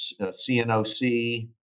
CNOC